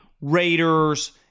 Raiders